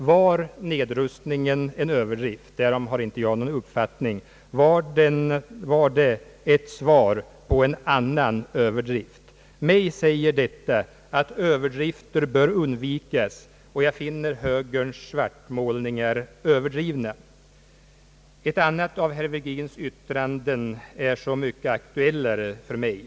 Huruvida 1925 års nedrustning var en överdrift har jag ingen uppfattning om. Den var kanske i så fall ett svar på en annan överdrift. Mig säger detta att överdrifter bör undvikas, och jag finner högerns svartmålningar överdrivna. Ett annat av herr Virgins yttranden är så mycket aktuellare för mig.